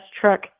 truck